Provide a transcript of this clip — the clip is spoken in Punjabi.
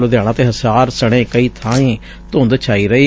ਲੁਧਿਆਣਾ ਅਤੇ ਹਿਸਾਰ ਸਣੇ ਕਈ ਬਾਈਂ ਧੁੰਦ ਛਾਈ ਰਹੀ